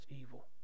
evil